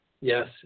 Yes